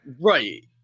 right